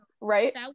Right